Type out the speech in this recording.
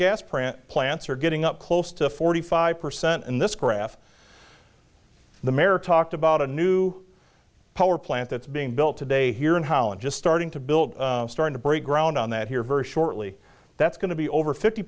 gas plant plants are getting up close to forty five percent in this graph the mayor talked about a new power plant that's being built today here in holland just starting to build starting to break ground on that here very shortly that's going to be over fifty